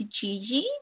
Gigi